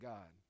God